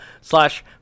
slash